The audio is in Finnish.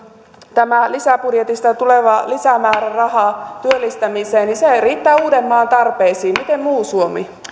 tämä lisäbudjetista tuleva lisämääräraha työllistämiseen riittää uudenmaan tarpeisiin miten muu suomi